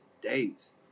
days